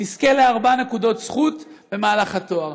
תזכה לארבע נקודות זכות במהלך התואר.